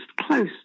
close